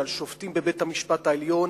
על שופטים בבית-המשפט העליון,